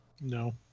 No